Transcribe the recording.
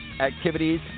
activities